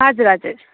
हजुर हजुर